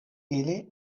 ili